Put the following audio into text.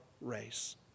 race